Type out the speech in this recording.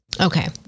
Okay